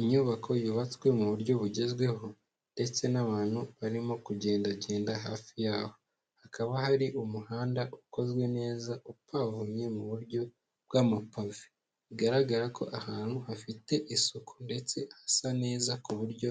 Inyubako yubatswe mu buryo bugezweho ndetse n'abantu barimo kugendagenda hafi yaho, hakaba hari umuhanda ukozwe neza upavomye mu buryo bw'amapafe, bigaragara ko ahantu hafite isuku ndetse hasa neza ku buryo